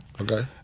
Okay